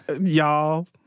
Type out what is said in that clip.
y'all